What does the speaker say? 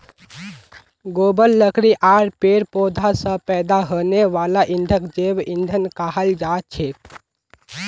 गोबर लकड़ी आर पेड़ पौधा स पैदा हने वाला ईंधनक जैव ईंधन कहाल जाछेक